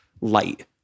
light